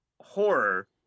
horror